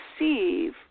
receive